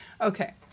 Okay